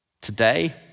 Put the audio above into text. Today